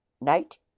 night